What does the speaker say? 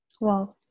Wow